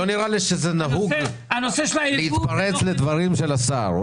לא נראה לי שזה נהוג להתפרץ לדברים של השר.